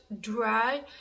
dry